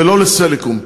ולא ל"סלקום".